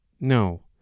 no